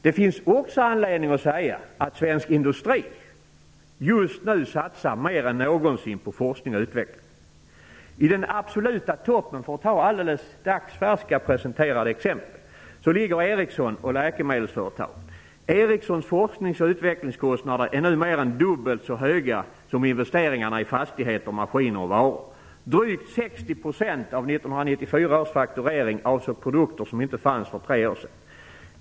Det finns också anledning att säga att svensk industri just nu satsar mer än någonsin på forskning och utveckling. För att ta några alldeles dagsfärska exempel ligger Ericsson och läkemedelsföretagen i den absoluta toppen. Ericssons forsknings och utvecklingskostnader är nu mer än dubbelt så höga som investeringarna i fastigheter, maskiner och varor. Drygt 60 % av 1994 års fakturering avsåg produkter som inte fanns för tre år sedan.